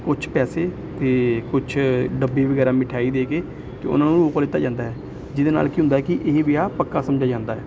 ਕੁਝ ਪੈਸੇ ਅਤੇ ਕੁਛ ਡੱਬੇ ਵਗੈਰਾ ਮਿਠਾਈ ਦੇ ਕੇ ਅਤੇ ਉਹਨਾਂ ਨੂੰ ਰੋਕਾ ਦਿੱਤਾ ਜਾਂਦਾ ਜਿਹਦੇ ਨਾਲ ਕੀ ਹੁੰਦਾ ਕਿ ਇਹ ਵਿਆਹ ਪੱਕਾ ਸਮਝਿਆ ਜਾਂਦਾ ਹੈ